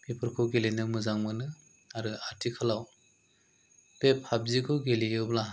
बेफोरखौ गेलेनो मोजां मोनो आरो आथिखालाव बे पाबजिखौ गेलेयोब्ला